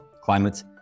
climate